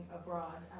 abroad